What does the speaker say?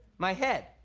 my head.